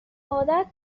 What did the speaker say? عادت